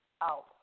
out